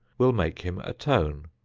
will make him atone,